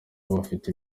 bafise